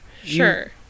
Sure